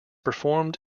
performed